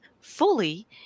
fully